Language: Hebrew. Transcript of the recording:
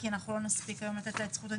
כי אנחנו לא נספיק היום לתת לה את זכות הדיבור.